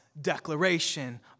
declaration